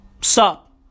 Sup